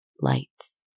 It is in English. lights